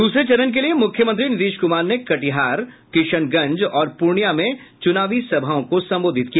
दूसरे चरण के लिये मुख्यमंत्री नीतीश कुमार ने कटिहार किशनगंज और पूर्णिया में चुनावी सभाओं को संबोधित किया